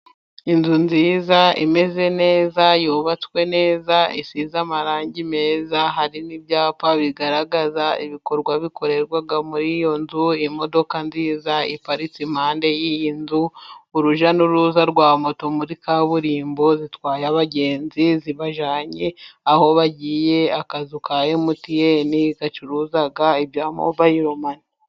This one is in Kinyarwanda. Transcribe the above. Inzu nziza imeze neza yubatswe neza isize amarangi meza, hari n'ibyapa bigaragaza ibikorwa bikorerwa muri iyo nzu, imodoka nziza iparitse impande y'iyi nzu, urujya n'uruza rwa moto muri kaburimbo zitwaye abagenzi zibajyanye aho bagiye, akazu ka Emutiyene gacuruza ibya mobayilomani.